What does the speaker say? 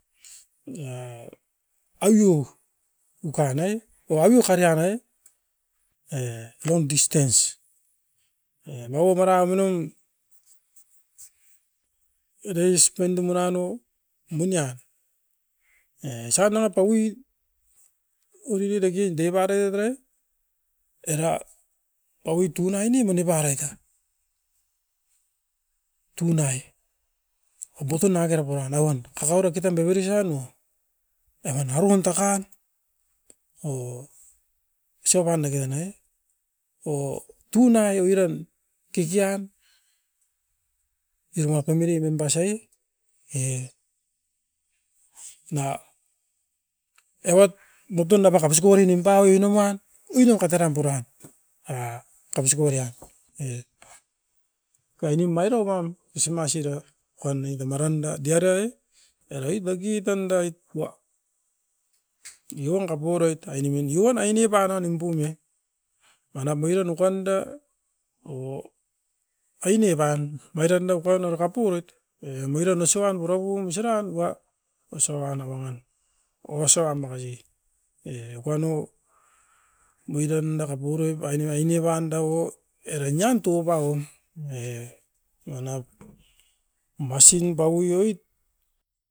na aui o ukain ai, erabio ukari anai u aveo karian ai. E eram distens, e naua para venon era isten da murano, menian. E saut nanga paui oriri dakin devariot e tarai, era paui tunai ne mani parait a, tunai oboton nanga kera paua na uan kakau ra pitan beberi sano evan aru'un kakan o isi o paneki nai o tunai oiran kekian ironga femiri membas ai, e na evat butun naua kaposi kauori nimpaui naman, oinom kateram puran. Era kaposiko rai an, kuainim maira uan krisimas era kuanaoit a maran da diaroi, era itoki tan doit wa, i'on kapuroit ainemin ion aine panon nimpu ne, manap oiran kuan da o aine pan. Mairan da ukuauna makapu oit e noiran osa uan purapu uasa nan ua, osaua nauo ngan, o asouam makasi. E kuano, buitan da kopuroit aine-ainevan da'uo, era nian tupau on. E manat, basin paui o'it.